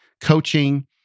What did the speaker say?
coaching